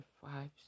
five